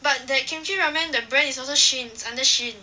but that kimchi ramen that brand is also Shin under Shin